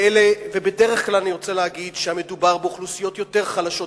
ואני רוצה להגיד שבדרך כלל מדובר באוכלוסיות יותר חלשות,